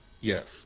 Yes